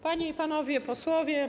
Panie i Panowie Posłowie!